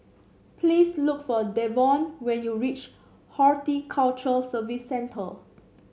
please look for Davon when you reach Horticulture Services Center